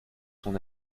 son